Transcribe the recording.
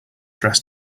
dress